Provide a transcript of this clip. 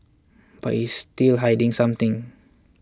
but he's still hiding something